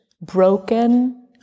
broken